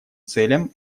целям